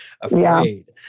afraid